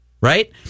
right